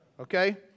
Okay